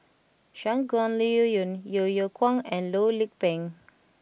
Shangguan Liuyun Yeo Yeow Kwang and Loh Lik Peng